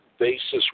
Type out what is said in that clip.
basis